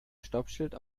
stoppschild